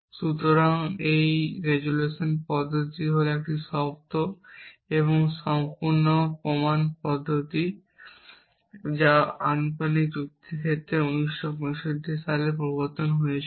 সুতরাং তাই রেজোলিউশন পদ্ধতি হল একটি শব্দ এবং সম্পূর্ণ প্রমাণ পদ্ধতি যা আনুপাতিক যুক্তির ক্ষেত্রে 1965 সালে প্রবর্তিত হয়েছিল